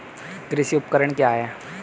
कृषि उपकरण क्या है?